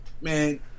man